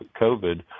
COVID